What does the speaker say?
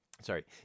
sorry